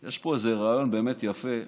יש פה איזה רעיון יפה ששמעתי: